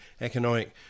economic